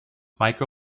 micro